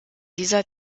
dieser